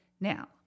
now